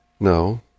No